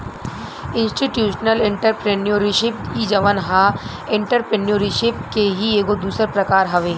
institutional entrepreneurship इ जवन ह एंटरप्रेन्योरशिप के ही एगो दोसर प्रकार हवे